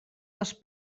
les